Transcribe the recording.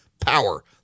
Power